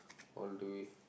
all the way